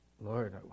Lord